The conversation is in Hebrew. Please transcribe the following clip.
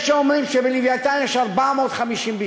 יש האומרים שב"לווייתן" יש BCM 450,